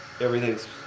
Everything's